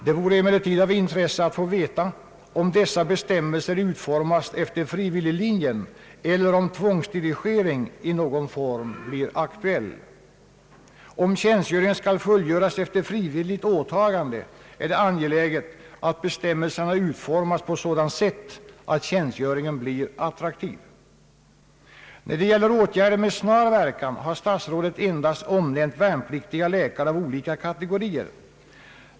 Det vore emellertid av intresse att få veta, om dessa bestämmelser utformas efter frivilliglinjen eller om tvångsdirigering i någon form blir aktuell. Om tjänstgöringen skall fullgöras efter frivilligt åtagande är det angeläget att bestämmelserna utformas på sådant sätt att tjänstgöringen blir attraktiv. När det gäller åtgärder med snar verkan har statsrådet endast omnämnt värnpliktiga läkare av olika kategorier.